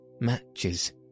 Matches